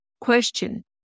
Question